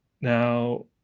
now